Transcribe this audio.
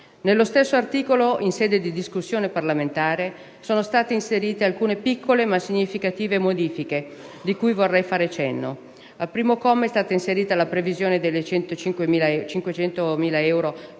Nello stesso articolo, in sede di discussione parlamentare, sono state inserite alcune piccole ma significative modifiche, di cui vorrei fare cenno. Al comma 1, è stata inserita la previsione di 500.000 euro